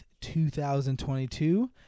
2022